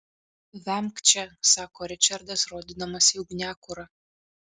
vemk čia sako ričardas rodydamas į ugniakurą